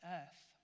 earth